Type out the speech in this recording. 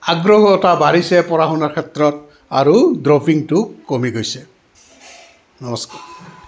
আগ্ৰহতা বাঢ়িছে পঢ়া শুনাৰ ক্ষেত্ৰত আৰু ড্ৰপিংটো কমি গৈছে নমস্কাৰ